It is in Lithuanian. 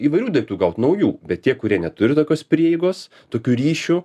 įvairių daiktų gaut naujų bet tie kurie neturi tokios prieigos tokių ryšių